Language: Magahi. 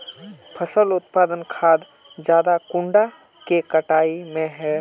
फसल उत्पादन खाद ज्यादा कुंडा के कटाई में है?